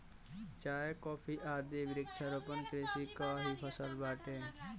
चाय, कॉफी आदि वृक्षारोपण कृषि कअ ही फसल बाटे